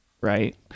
right